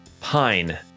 Pine